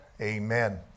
amen